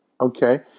Okay